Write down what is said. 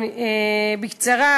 בקצרה,